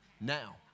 now